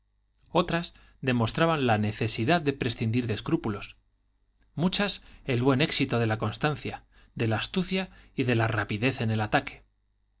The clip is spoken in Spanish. otras demostraban la necesidad de prescindir de escrúpulos muchas el buen éxito de la constancia de la astucia y de la rapidez en el ataque